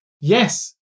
Yes